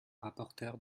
rapporteur